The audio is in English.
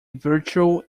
virtue